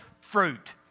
fruit